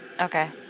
Okay